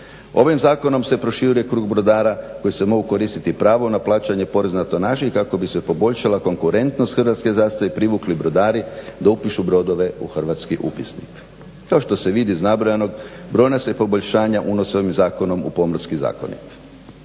Ovim zakonom se proširuje krug brodara koji se mogu koristiti pravo na plaćanje porez na tonaži i kako bi se poboljšala konkurentnost hrvatske zastave i privukli brodari da upišu brodove u hrvatski upisnik. Kao što se vidi iz nabrojanog brojna se poboljšanja unose ovim zakonom u pomorski zakonik.